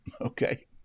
Okay